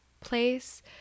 place